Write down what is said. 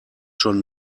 schon